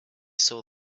saw